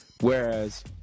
Whereas